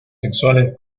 sexuales